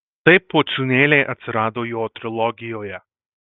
taip pociūnėliai atsirado jo trilogijoje